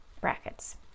Brackets